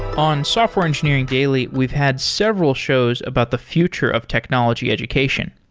on software engineering daily, we've had several shows about the future of technology education.